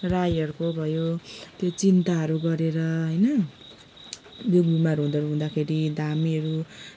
राईहरूको भयो त्यो चिन्ताहरू गरेर होइन दुखबिमार हुँदाखेरि धामीहरू